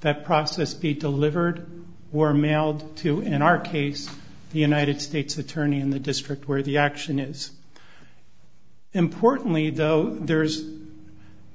that process be to livered were mailed to in our case the united states attorney in the district where the action is importantly though there's